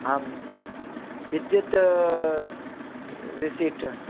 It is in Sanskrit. आम् विद्युत् रिसिट्